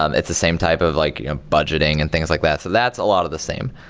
um it's the same type of like budgeting and things like that. so that's a lot of the same.